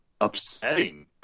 upsetting